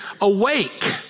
awake